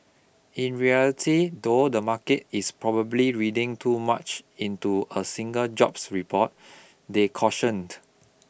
in reality though the market is probably reading too much into a single jobs report they cautioned